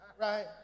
right